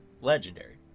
Legendary